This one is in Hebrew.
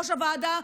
ראש הוועדה,